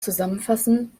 zusammenfassen